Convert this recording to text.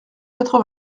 quatre